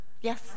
yes